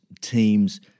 teams